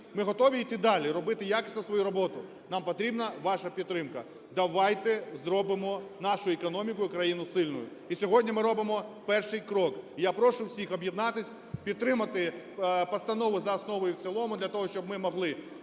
Ми готові йти далі, робити якісно свою роботу, нам потрібна ваша підтримка. Давайте зробимо нашу економіку і країну сильною. І сьогодні ми робимо перший крок, і я прошу всіх об'єднатись, підтримати постанову за основу і в цілому для того, щоб ми могли